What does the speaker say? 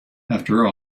after